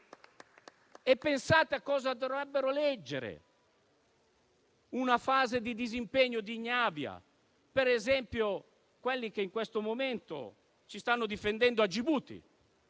E pensate a come dovrebbero leggere una fase di disimpegno e di ignavia, per esempio, quelli che in questo momento ci stanno difendendo a Gibuti